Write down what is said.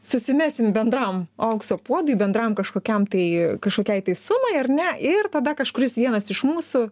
susimesim bendram aukso puodui bendram kažkokiam tai kažkokiai tai sumai ar ne ir tada kažkuris vienas iš mūsų